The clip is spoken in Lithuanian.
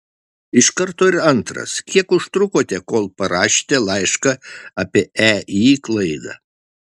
iš karto ir antras kiek užtrukote kol parašėte laišką apie ei klaidą